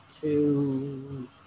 two